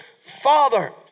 Father